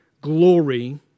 glory